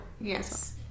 Yes